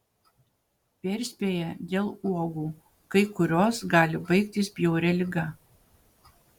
perspėja dėl uogų kai kurios gali baigtis bjauria liga